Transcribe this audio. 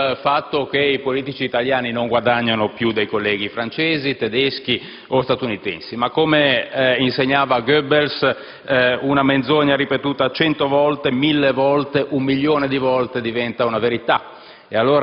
il fatto che i politici italiani non guadagnano più dei colleghi francesi, tedeschi o statunitensi. Ma, come insegnava Goebbels, una menzogna ripetuta 100 volte, 1.000 volte, 1 milione di volte diventa una verità.